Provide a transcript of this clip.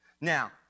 Now